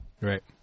Right